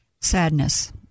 Sadness